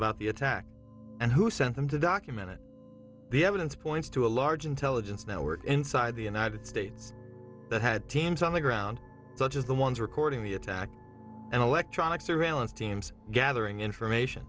about the attack and who sent them to document it the evidence points to a large intelligence network inside the united states that had teams on the ground such as the ones recording the attack and electronic surveillance teams gathering information